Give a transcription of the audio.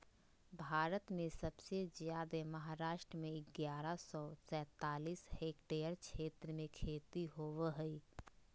भारत में सबसे जादे महाराष्ट्र में ग्यारह सौ सैंतालीस हेक्टेयर क्षेत्र में खेती होवअ हई